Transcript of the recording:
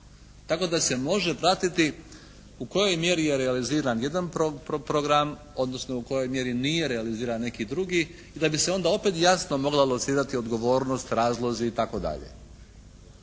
tako da se može pratiti u kojoj mjeri je realiziran jedan program odnosno u kojoj mjeri nije realiziran neki drugi i da bi se onda opet jasno mogla locirati odgovornost, razlozi i